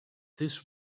this